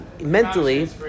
mentally